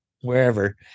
wherever